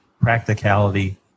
practicality